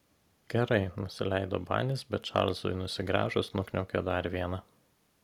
gerai nusileido banis bet čarlzui nusigręžus nukniaukė dar vieną